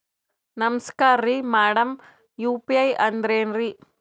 ನಮಸ್ಕಾರ್ರಿ madam UPI ಅಂದ್ರೆನ್ರಿ?